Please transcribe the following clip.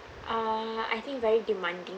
err I think very demanding